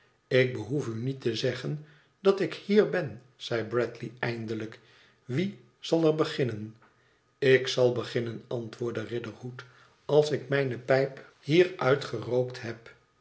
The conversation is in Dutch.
ik behoef u niet te zeggen dat ik hier ben zei bradley eindelijk f wie zal er beginnen ik zal beginnen antwoordde riderhood als ik mijne pijp hier uitgerookt heb